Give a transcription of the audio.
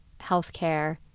healthcare